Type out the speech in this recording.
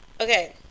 Okay